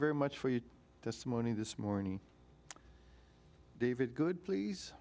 very much for your testimony this morning david good please